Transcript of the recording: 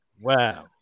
wow